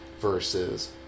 versus